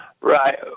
Right